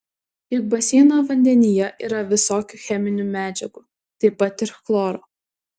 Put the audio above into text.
juk baseino vandenyje yra visokių cheminių medžiagų taip pat ir chloro